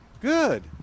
Good